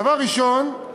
דבר ראשון,